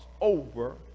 over